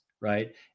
right